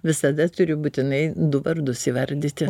visada turiu būtinai du vardus įvardyti